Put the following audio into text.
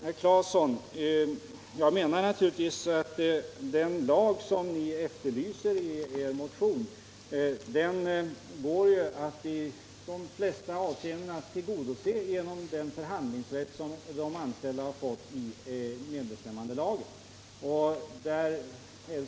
Herr Claeson, jag menar naturligtvis att önskemålen vad gäller den lag som ni efterlyser i er motion i de flesta fall går att tillgodose via den förhandlingsrätt som de anställda har fått genom medbestämmandelagen.